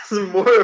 more